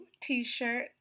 t-shirt